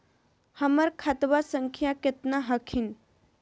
हमर खतवा संख्या केतना हखिन?